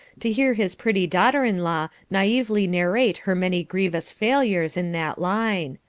to hear his pretty daughter-in-law naively narrate her many grievous failures in that line,